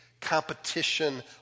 competition